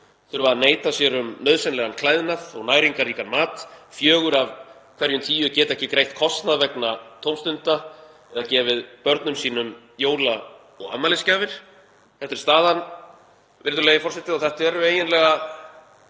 þurfa að neita sér um nauðsynlegan klæðnað og næringarríkan mat. Fjögur af hverjum tíu geta ekki greitt kostnað vegna tómstunda eða gefið börnum sínum jóla- og afmælisgjafir. Þetta er staðan, virðulegi forseti, og þetta eru eiginlega